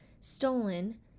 stolen